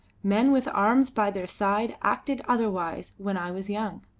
men with arms by their side acted otherwise when i was young.